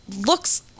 looks